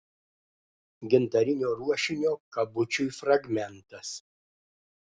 gintarinio ruošinio kabučiui fragmentas